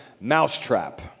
Mousetrap